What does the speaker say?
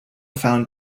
found